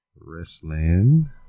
wrestling